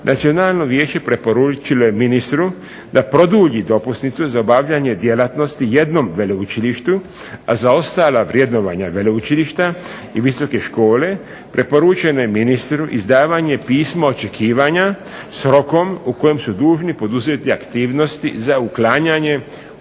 Nacionalno vijeće preporučilo je ministru da produlji dopusnicu za obavljanje djelatnosti jednom veleučilištu, a za ostala vrednovanja veleučilišta i visoke škole preporučeno je ministru izdavanja pisma očekivanja s rokom u kojem su dužni poduzeti aktivnosti za uklanjanje uočenih